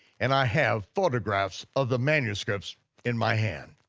and i have photographs of the manuscripts in my hand.